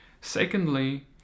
Secondly